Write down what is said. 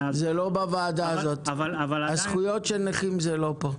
זכויות של נכים לא פה.